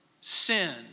sin